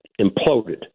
imploded